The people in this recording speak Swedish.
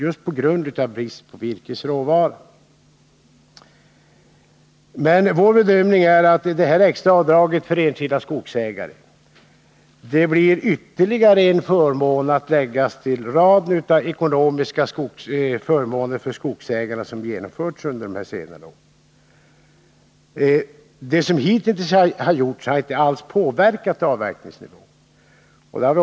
Vår bedömning är emellertid att detta extra avdrag för vissa skogsuttag skulle innebära ytterligare en förmån att lägga till raden av ekonomiska förmåner för skogsägare som genomförts under senare år. De åtgärder som hittills har vidtagits har inte alls påverkat avverkningsnivån.